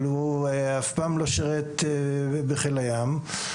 אבל הוא אף פעם לא שירת בחיל הים.